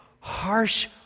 harsh